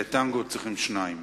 לטנגו צריכים שניים.